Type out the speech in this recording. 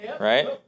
right